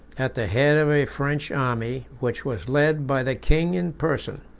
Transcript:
at the head of a french army, which was led by the king in person.